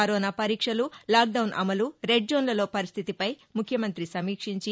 corona పరీక్షలు lockdown అమలు red జోన్లలో పరిస్టితిపై ముఖ్యమంత్రి సమీక్షించి